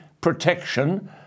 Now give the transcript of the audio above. protection